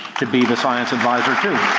to be the science advisor to.